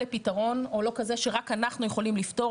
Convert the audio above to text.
לפתרון או לא כזה שרק אנחנו יכולים לפתור.